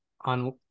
on